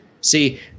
See